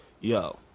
yo